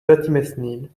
vatimesnil